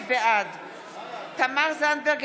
בעד תמר זנדברג,